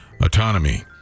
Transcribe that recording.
autonomy